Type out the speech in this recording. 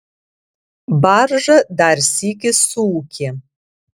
barža dar sykį suūkė